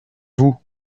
vous